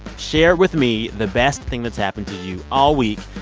share with me the best thing that's happened to you all week.